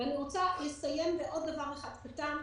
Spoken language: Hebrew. אני רוצה לסיים בעוד דבר אחד קטן.